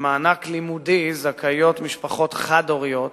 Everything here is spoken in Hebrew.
למענק לימודי זכאיות משפחות חד-הוריות